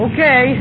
Okay